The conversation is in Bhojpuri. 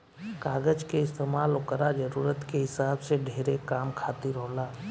कागज के इस्तमाल ओकरा जरूरत के हिसाब से ढेरे काम खातिर होला